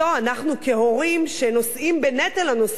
כהורים שנושאים בנטל הנושאים בנטל,